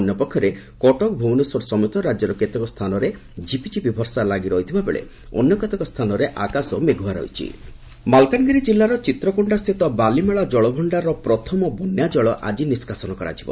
ଅନ୍ୟପକ୍ଷରେ କଟକ ଭୁବନେଶ୍ୱର ସମେତ ରାଜ୍ୟର କେତେକ ସ୍ଥାନରେ ଝିପିଝିପି ବର୍ଷା ଲାଗିରହିଥିବା ବେଳେ ଅନ୍ୟ କେତେକ ସ୍ଚାନରେ ଆକାଶ ମେଘୁଆ ରହିଛି ବନ୍ୟାଜଳ ମାଲକାନଗିରି ଜିଲ୍ଲାର ଚିତ୍ରକୋଷ୍ଡାସ୍ଥିତ ବାଲିମେଳା ଜଳଭଣ୍ଡାରର ପ୍ରଥମ ବନ୍ୟାଜଳ ଆକି ନିଷ୍କାସନ କରାଯିବ